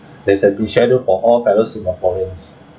there's a preschedule for all fellow singaporeans